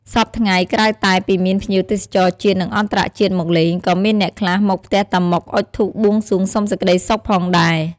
សព្វថ្ងៃ ក្រៅតែពីមានភ្ញៀវទេសចរជាតិ និង អន្តរជាតិមកលេង ក៏មានអ្នកខ្លះមកផ្ទះតាម៉ុកអុជធូបបួងសួងសុំសេចក្ដីសុខផងដែរ។